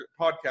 podcast